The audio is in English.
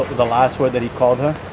the last word that he called her?